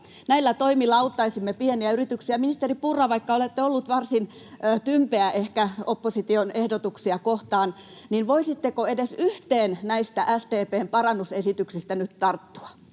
Näillä toimilla auttaisimme pieniä yrityksiä. Ministeri Purra, vaikka olette ehkä ollut varsin tympeä opposition ehdotuksia kohtaan, voisitteko edes yhteen näistä SDP:n parannusesityksistä nyt tarttua?